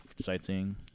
Sightseeing